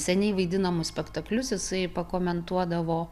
seniai vaidinamus spektaklius jisai pakomentuodavo